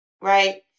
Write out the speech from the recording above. right